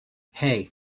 hey